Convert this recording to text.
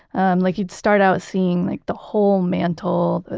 and like you'd start out seeing like the whole mantle,